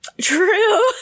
True